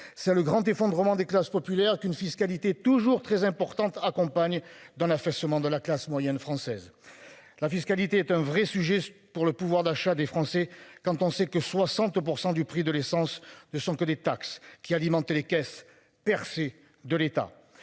C'est le grand effondrement des classes populaires qu'une fiscalité toujours très importante accompagne dans l'affaissement de la classe moyenne française. La fiscalité est un vrai sujet pour le pouvoir d'achat des Français. Quand on sait que 60% du prix de l'essence ne sont que des taxes qui alimentent les caisses percée de l'état